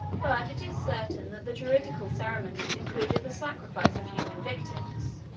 but it is certain that the druidical ceremonies included the sacrifice of human victims,